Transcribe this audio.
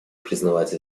признавать